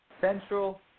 Central